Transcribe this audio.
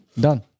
done